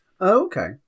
Okay